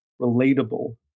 relatable